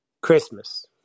Christmas